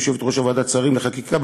יושבת-ראש ועדת השרים לחקיקה,